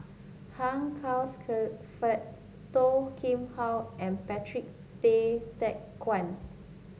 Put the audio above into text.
Hugh Charles Clifford Toh Kim Hwa and Patrick Tay Teck Guan